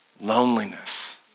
loneliness